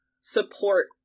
support